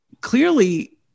clearly